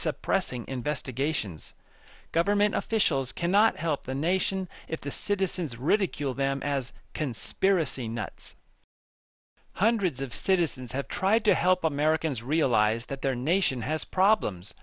suppressing investigations government officials cannot help the nation if the citizens ridicule them as conspiracy nuts hundreds of citizens have tried to help americans realize that their nation has problems